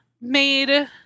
made